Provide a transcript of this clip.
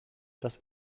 das